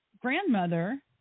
grandmother